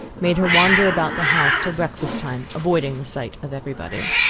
made her wander about the house till breakfast time, avoiding the sight of every body.